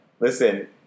Listen